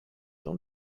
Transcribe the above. dans